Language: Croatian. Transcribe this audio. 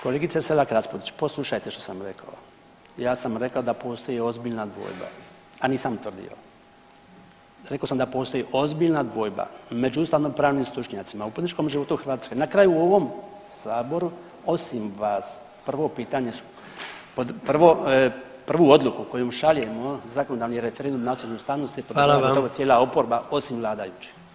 Kolegice Selak Raspudić poslušajte što sam rekao, ja sam rekao da postoji ozbiljna dvojba, a nisam tvrdio, rekao sam da postoji ozbiljna dvojba među ustavnopravnim stručnjacima u političkom životu Hrvatske, na kraju u ovom saboru osim vas prvo pitanje su prvu odluku kojom šaljemo zakonodavni referendum na ocjenu ustavnosti [[Upadica predsjednik: Hvala vam.]] cijela oporba osim vladajućih.